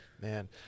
Man